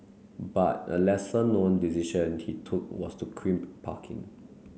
but a lesser known decision he took was to crimp parking